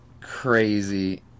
crazy